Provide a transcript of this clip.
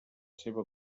seva